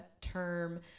term